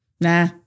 Nah